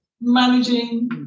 managing